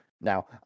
Now